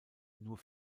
nur